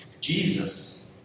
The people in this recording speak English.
Jesus